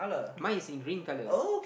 mine is in green color